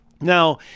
Now